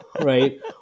right